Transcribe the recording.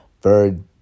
Bird